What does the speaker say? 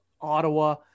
Ottawa